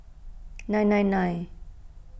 nine nine nine